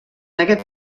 aquests